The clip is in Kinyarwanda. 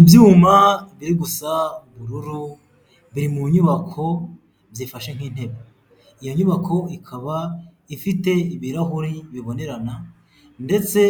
Ibyuma biri gusa ubururu biri mu nyubako byifashe nk'intebe, iyo nyubako ikaba ifite ibirahuri bibonerana ndetse